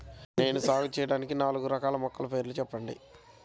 నేను సాగు చేయటానికి నాలుగు రకాల మొలకల పేర్లు చెప్పండి?